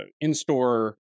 in-store